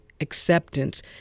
acceptance